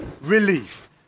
relief